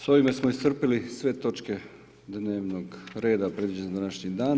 S ovime smo iscrpili sve točke dnevnog reda predviđene za današnji dan.